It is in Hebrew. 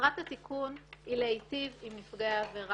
מטרת התיקון היא להיטיב עם נפגעי עבירה,